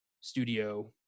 studio